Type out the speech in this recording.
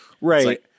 Right